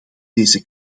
deze